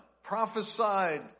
prophesied